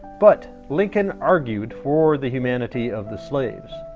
but lincoln argued for the humanity of the slaves.